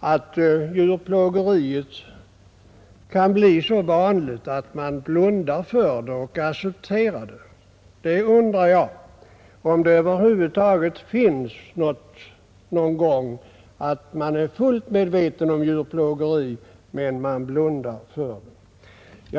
yttrande att djurplågeriet kan bli så vanligt att man blundar för det och accepterar det. Jag undrar om det över huvud taget förekommer att man är fullt medveten om djurplågeri men blundar för det.